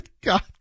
God